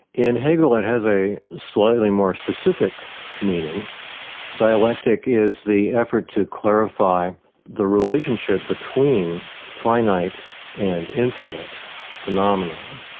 in hegel it has a slightly more specific meaning dialectic is the effort to clarify the relationship between finite and infinite phenomena.